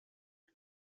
این